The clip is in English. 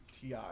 Ti